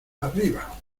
arriba